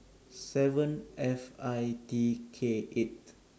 seven F I T K eight